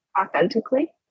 authentically